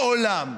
מעולם.